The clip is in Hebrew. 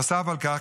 נוסף על כך,